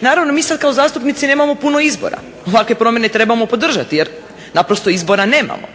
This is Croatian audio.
Naravno, mi sad kao zastupnici nemamo puno izbora, ovakve promjene trebamo podržati jer naprosto izbora nemamo.